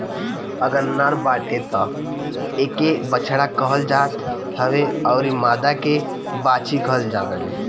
अगर नर बाटे तअ एके बछड़ा कहल जात हवे अउरी मादा के बाछी कहल जाता हवे